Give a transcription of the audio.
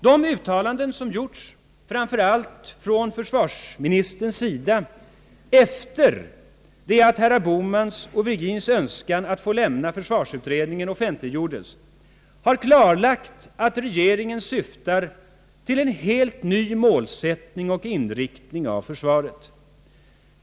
De uttalanden som gjorts framför allt från försvarsministerns sida efter det att herrar Bohmans och Virgins önskan att få lämna försvarsutredningen offentliggjordes har klarlagt att regeringen syftar till en helt ny målsättning och inriktning av försvaret.